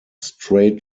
straight